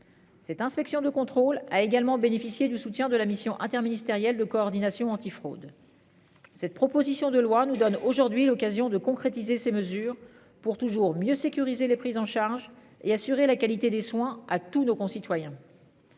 Cette inspection de contrôle a également bénéficié du soutien de la Mission interministérielle de coordination anti-fraude. Cette proposition de loi nous donne aujourd'hui l'occasion de concrétiser ses mesures pour toujours mieux sécuriser les prises en charge et assurer la qualité des soins à tous nos concitoyens.